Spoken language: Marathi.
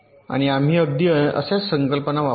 आणि आम्ही अगदी अशाच संकल्पना वापरतो